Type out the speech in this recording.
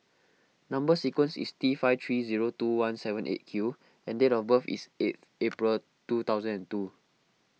Number Sequence is T five three zero two one seven eight Q and date of birth is eighth April two thousand and two